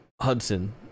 Hudson